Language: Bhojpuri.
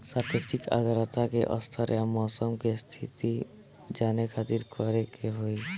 सापेक्षिक आद्रता के स्तर या मौसम के स्थिति जाने खातिर करे के होई?